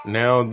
now